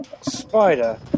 Spider